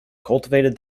cultivated